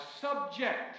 subject